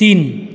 तीन